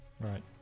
Right